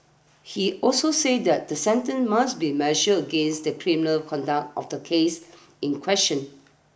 he also said that the sentence must be measure against the criminal conduct of the case in question